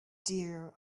dear